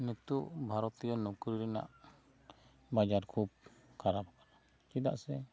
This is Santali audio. ᱱᱤᱛᱚᱜ ᱵᱷᱟᱨᱚᱛᱤᱭᱚ ᱱᱚᱠᱨᱤ ᱨᱮᱱᱟᱜ ᱵᱟᱡᱟᱨ ᱠᱚ ᱠᱷᱟᱨᱟᱯ ᱪᱮᱫᱟᱜ ᱥᱮ